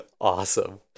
awesome